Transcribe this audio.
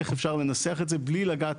איך אפשר לנסח את זה בלי לגעת,